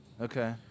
Okay